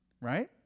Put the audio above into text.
Right